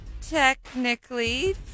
technically